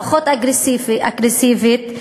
פחות אגרסיבית,